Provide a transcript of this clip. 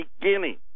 beginning